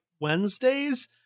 Wednesdays